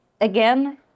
again